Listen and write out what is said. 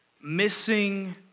missing